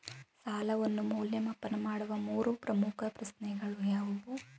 ಸಾಲವನ್ನು ಮೌಲ್ಯಮಾಪನ ಮಾಡುವ ಮೂರು ಪ್ರಮುಖ ಪ್ರಶ್ನೆಗಳು ಯಾವುವು?